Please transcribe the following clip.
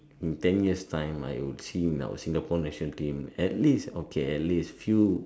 in ten year's time I will see in our Singapore national team at least okay at least few